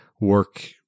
work